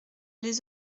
les